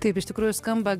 taip iš tikrųjų skamba